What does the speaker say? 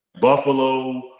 buffalo